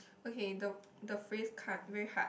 okay the the phrase very hard